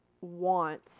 want